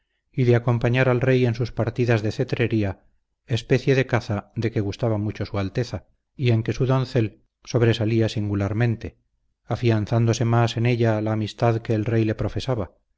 y de acompañar al rey en sus partidas de cetrería especie de caza de que gustaba mucho su alteza y en que su doncel sobresalía singularmente afianzóse más en ella la amistad que el rey le profesaba